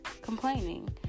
complaining